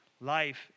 life